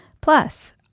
Plus